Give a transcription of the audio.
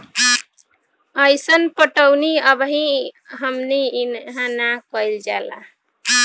अइसन पटौनी अबही हमनी इन्हा ना कइल जाला